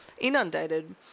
inundated